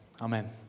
Amen